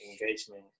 engagement